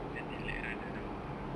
then they like run around